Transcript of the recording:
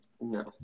No